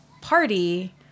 party